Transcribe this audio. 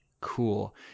Cool